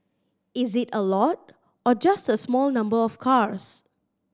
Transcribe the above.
is it a lot or just a small number of cars